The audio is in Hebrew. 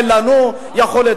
אין לנו יכולת.